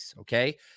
okay